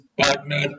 partner